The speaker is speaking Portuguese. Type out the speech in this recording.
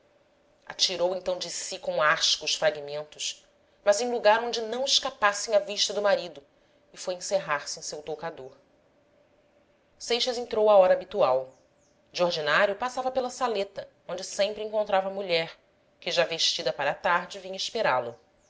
atirou então de si com asco os fragmentos mas em lugar onde não escapassem à vista do marido e foi encerrar-se em seu toucador seixas entrou à hora habitual de ordinário passava pela saleta onde sempre encontrava a mulher que já vestida para a tarde vinha esperá-lo